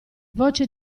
voce